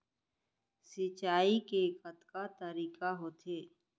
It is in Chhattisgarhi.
सिंचाई के कतका तरीक़ा होथे?